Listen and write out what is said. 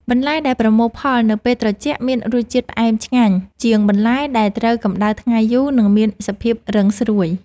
បន្លែដែលប្រមូលផលនៅពេលត្រជាក់មានរសជាតិផ្អែមឆ្ងាញ់ជាងបន្លែដែលត្រូវកម្ដៅថ្ងៃយូរ និងមានសភាពរឹងស្រួយ។